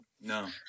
No